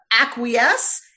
acquiesce